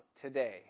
today